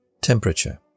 Temperature